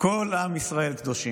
כל עם ישראל קדושים.